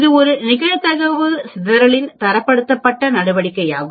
இது ஒரு நிகழ்தகவு சிதறலின் தரப்படுத்தப்பட்ட நடவடிக்கையாகும்